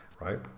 right